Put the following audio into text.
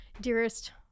dearest